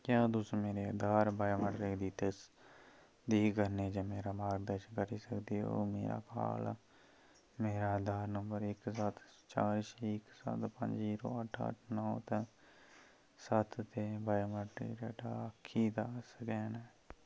क्या तुस मेरे आधार बायोमेट्रिक्स दी तसदीक करने च मेरा मार्गदर्शन करी सकदे ओ मेरे काल मेरा आधार नंबर इक सत्त चार छे इक सत्त पंज जीरो अट्ठ अट्ठ नौ सत्त ते बायोमेट्रिक डेटा आक्खीं दा स्कैन ऐ